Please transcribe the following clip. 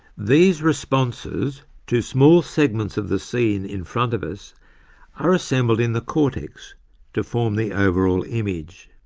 these responses to small segments of the scene in front of us are assembled in the cortex to form the overall image.